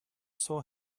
saw